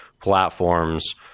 platforms